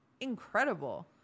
incredible